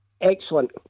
Excellent